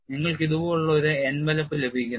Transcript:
നിങ്ങൾക്ക് ഇതുപോലുള്ള ഒരു എൻവലപ്പ് ലഭിക്കുന്നു